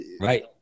right